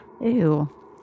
Ew